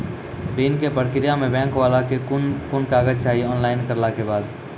ऋण के प्रक्रिया मे बैंक वाला के कुन कुन कागज चाही, ऑनलाइन करला के बाद?